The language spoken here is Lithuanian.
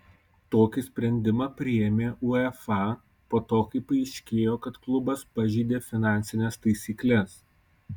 tokį sprendimą priėmė uefa po to kai paaiškėjo kad klubas pažeidė finansines taisykles